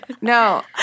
No